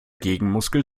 gegenmuskel